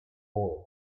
bored